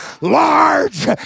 large